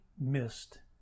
missed